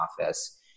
office